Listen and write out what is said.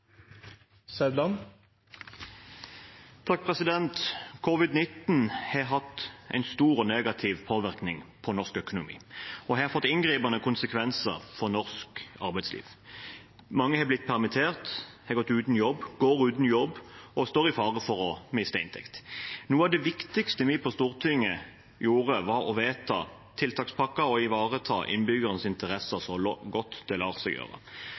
blitt permittert, går uten jobb og står i fare for å miste inntekt. Noe av det viktigste vi på Stortinget gjorde, var å vedta tiltakspakker og ivareta innbyggernes interesser så godt det lot seg gjøre.